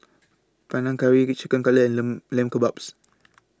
Panang Curry Chicken Cutlet and Lamb Lamb Kebabs